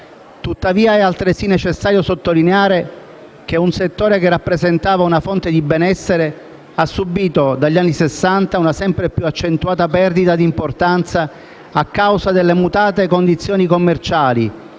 Tuttavia, è altresì necessario sottolineare che un settore che rappresentava una fonte di benessere ha subito dagli anni Sessanta una sempre più accentuata perdita di importanza a causa delle mutate condizioni commerciali,